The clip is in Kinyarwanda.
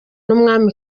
w’u